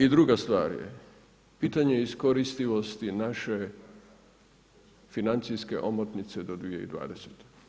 I druga stvar je pitanje iskoristivosti naše financijske omotnice do 2020.